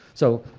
so,